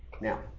Now